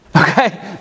Okay